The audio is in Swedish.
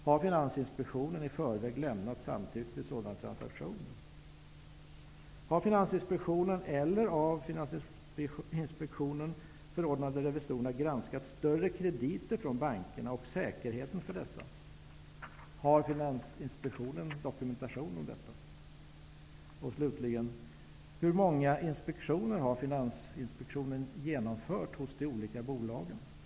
Har Finansinspektionen i förväg lämnat samtycke till sådana transaktioner? Hur många inspektioner har Finansinspektionen genomfört hos de olika bolagen?